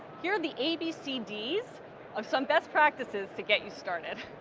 here are the abcds of some best practices to get you started.